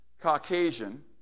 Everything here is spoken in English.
Caucasian